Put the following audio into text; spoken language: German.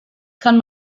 kann